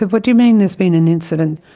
what do you mean there's been an incident?